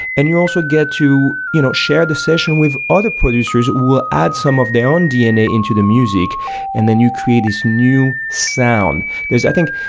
and you also get to you know share the session with other producers, will add some of their own dna into the music and then you create this new sound there's i think,